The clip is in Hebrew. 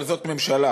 אבל זאת ממשלה